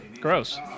Gross